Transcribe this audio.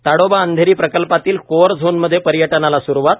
ताडोबा अंधेरी प्रकल्पातील core zone मध्ये पर्यटनाला सुरुवात